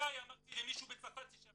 מתי אמרתי למישהו בצרפת "תישאר"?